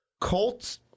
Colts